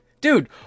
Dude